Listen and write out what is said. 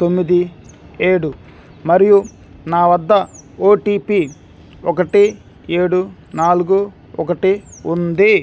తొమ్మిది ఏడు మరియు నా వద్ద ఓటిపి ఒకటి ఏడు నాలుగు ఒకటి ఉంది